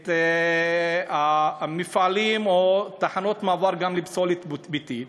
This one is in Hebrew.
את המפעלים או תחנות מעבר גם לפסולת ביתית,